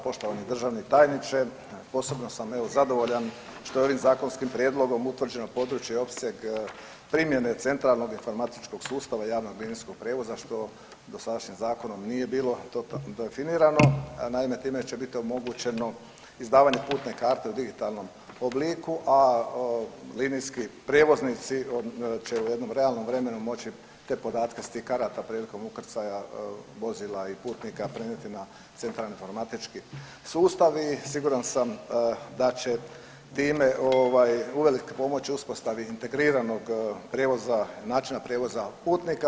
Poštovani državni tajniče, posebno sam evo zadovoljan što je ovim zakonskim prijedlogom utvrđeno područje i opseg primjene centralnog informacijskog sustava javnog linijskog prijevoza što dosadašnjim zakonom nije bilo definirano, a naime time će biti omogućeno izdavanje putne karte u digitalnom obliku, a linijski prijevoznici će u jednom realnom vremenu te podatke s tih karata prilikom ukrcaja vozila i putnika prenijeti na centralni informatički sustav i siguran sam da će time ovaj uvelike pomoći uspostavi integriranog prijevoza, načina prijevoza putnika.